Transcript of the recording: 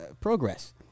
progress